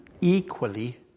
equally